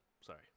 Sorry